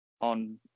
on